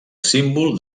símbol